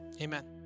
Amen